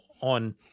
on